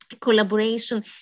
collaboration